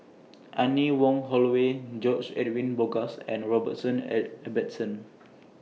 Anne Wong Holloway George Edwin Bogaars and Robrson Ibbetson